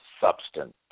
substance